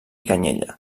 canyella